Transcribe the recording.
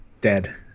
Dead